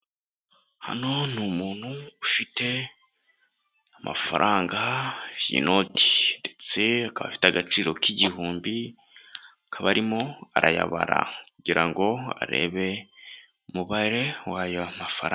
Hano ni umuntu ufite amafaranga y'inoti, ndetse akaba afite agaciro k'igihumbi akaba arimo arayabara kugira ngo arebe umubare w'ayo mafaranga.